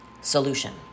Solution